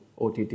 OTT